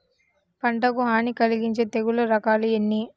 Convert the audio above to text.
పంటకు హాని కలిగించే తెగుళ్ల రకాలు ఎన్ని?